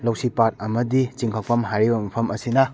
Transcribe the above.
ꯂꯧꯁꯤꯄꯥꯠ ꯑꯃꯗꯤ ꯆꯤꯡꯉꯥꯐꯝ ꯍꯥꯏꯔꯤꯕ ꯃꯐꯝ ꯑꯁꯤꯅ